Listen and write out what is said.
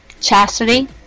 chastity